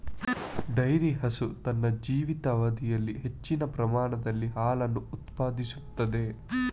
dairy ಹಸು ತನ್ನ ಜೀವಿತಾವಧಿಯಲ್ಲಿ ಹೆಚ್ಚಿನ ಪ್ರಮಾಣದಲ್ಲಿ ಹಾಲನ್ನು ಉತ್ಪಾದಿಸುತ್ತದೆ